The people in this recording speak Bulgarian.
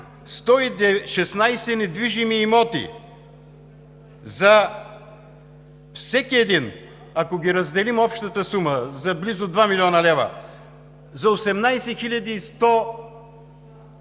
116 недвижими имота за всеки един, ако ги разделим, общата сума е за близо 2 млн. лв., за 18 хил.